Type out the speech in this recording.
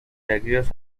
agios